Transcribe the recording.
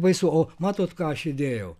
baisu o matot ką aš įdėjau